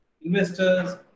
investors